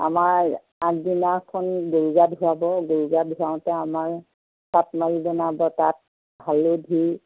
আমাৰ আগদিনাখন গৰু গা ধুৱাব গৰুক গা ধুৱাওঁতে আমাৰ চাট মালি বনাব তাত হালধি